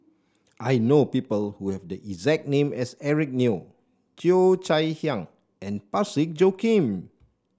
I know people who have the exact name as Eric Neo Cheo Chai Hiang and Parsick Joaquim